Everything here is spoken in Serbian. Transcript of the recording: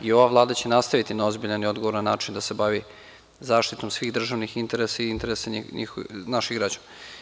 I, ova Vlada će nastaviti na ozbiljan i odgovoran način da se bavi zaštitom svih državnih interesa i interesa naših građana.